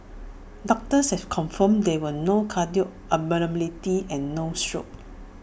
doctors have confirmed there were no cardiac abnormalities and no stroke